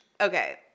Okay